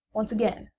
once again,